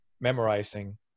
memorizing